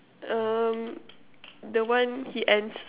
um the one he ends